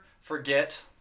forget